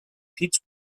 peach